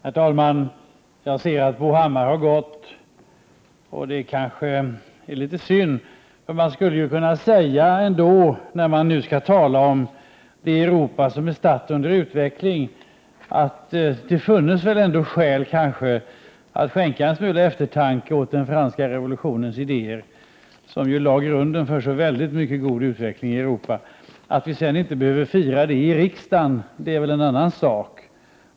Herr talman! Jag ser att Bo Hammar har gått, och det kanske är litet synd. När man nu skall tala om det Europa som är statt i utveckling, skulle man nämligen kunna säga att det kanske funnes skäl att skänka en smula eftertanke åt den franska revolutionens idéer, som ju lade grunden för så mycket god utveckling i Europa. Att vi sedan inte behöver fira den i riksdagen är en annan sak.